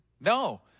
No